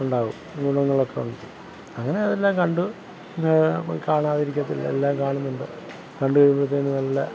ഉണ്ടാവും ഗുണങ്ങളൊക്കെ ഉണ്ട് അങ്ങനെ അതെല്ലാം കണ്ടു കാണാതിരിക്കില്ല എല്ലാം കാണുന്നുണ്ട് കണ്ടുകഴിയുമ്പോഴത്തേനും നല്ല